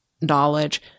knowledge